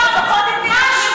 חברת הכנסת לאה פדידה.